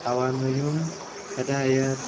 ꯊꯋꯥꯟꯃꯌꯨꯝ ꯍꯦꯗꯥꯌꯠ